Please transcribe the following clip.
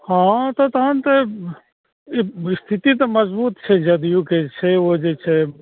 हँ तहन तऽ स्थिति तऽ मजबूत छै जदयूके छै ओ जे छै